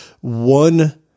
One